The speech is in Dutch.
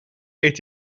eet